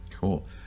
Cool